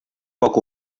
poc